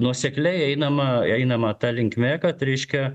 nuosekliai einama einama ta linkme kad reiškia